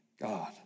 God